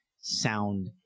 sound